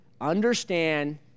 understand